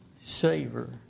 savor